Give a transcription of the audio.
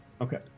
Okay